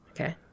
Okay